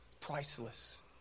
Priceless